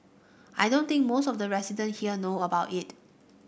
I don't think most of the resident here know about it